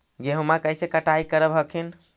गेहुमा कैसे कटाई करब हखिन?